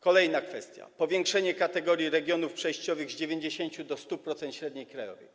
Kolejna kwestia, powiększenie kategorii regionów przejściowych z 90% do 100% średniej krajowej.